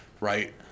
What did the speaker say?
right